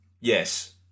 Yes